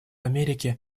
америки